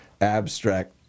abstract